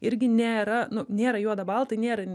irgi nėra nu nėra juoda balta nėra